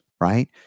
right